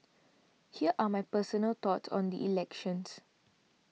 here are my personal thoughts on the elections